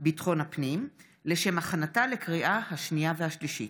ביטחון הפנים לשם הכנתה לקריאה השנייה והשלישית.